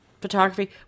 photography